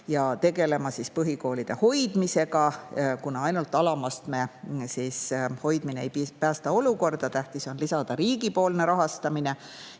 paketiga ja põhikoolide hoidmisega, kuna ainult alamastme [koolide] hoidmine ei päästa olukorda, tähtis on lisada riigipoolne rahastamine